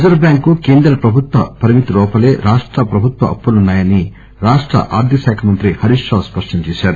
reserve bank కేంద్ర ప్రభుత్వ పరిమితి లోపలే రాష్ట ప్రభుత్వ అప్పులున్నాయని రాష్ట ఆర్దికమంత్రి హరీష్ రావు స్పష్టం చేశారు